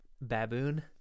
Baboon